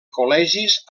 col·legis